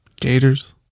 Gators